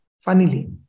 Funnily